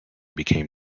became